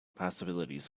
possibilities